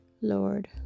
Lord